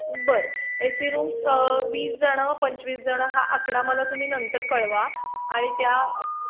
बरं A C rooms वीसजणं पंचवीस जणं हा आकडा मला तुम्ही नंतर कळवा आणि त्या